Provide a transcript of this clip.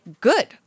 good